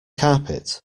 carpet